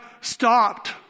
stopped